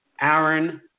Aaron